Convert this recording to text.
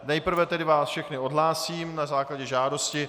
Nejprve vás tedy všechny odhlásím na základě žádosti.